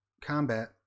combat